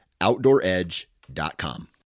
OutdoorEdge.com